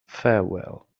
farewell